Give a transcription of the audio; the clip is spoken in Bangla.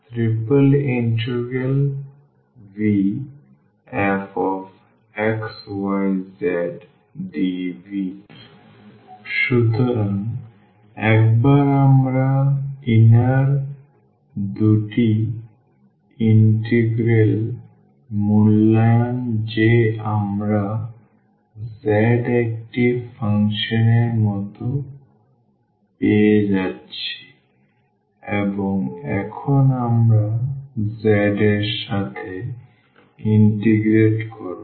VfxyzdV সুতরাং একবার আমরা অভ্যন্তরীণ দুটি ইন্টিগ্রাল মূল্যায়ন যে আমরা z একটি ফাংশন এর মত পেয়ে যাচ্ছি এবং এখন আমরা z এর সাথে ইন্টিগ্রেট করব